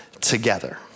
together